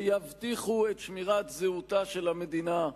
שיבטיחו את שמירת זהותה של המדינה,